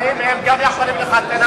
האם הם גם יכולים לחתן,